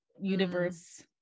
universe